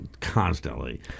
constantly